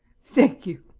thank you.